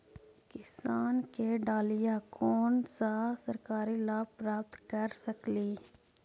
किसान के डालीय कोन सा सरकरी लाभ प्राप्त कर सकली?